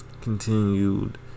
continued